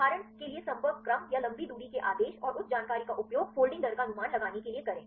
उदाहरण के लिए संपर्क क्रम या लंबी दूरी के आदेश और उस जानकारी का उपयोग फोल्डिंग दर का अनुमान लगाने के लिए करें